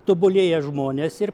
tobulėja žmonės ir